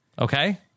Okay